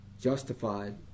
justified